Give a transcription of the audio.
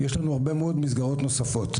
יש לנו הרבה מאוד מסגרות נוספות.